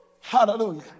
hallelujah